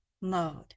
mode